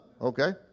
Okay